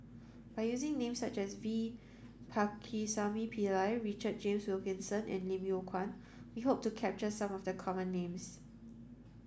by using names such as V Pakirisamy Pillai Richard James Wilkinson and Lim Yew Kuan we hope to capture some of the common names